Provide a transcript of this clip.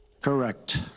Correct